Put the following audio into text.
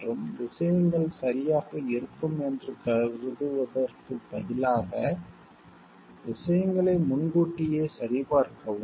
மற்றும் விஷயங்கள் சரியாக இருக்கும் என்று கருதுவதற்குப் பதிலாக விஷயங்களை முன்கூட்டியே சரிபார்க்கவும்